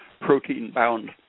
protein-bound